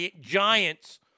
giants